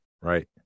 Right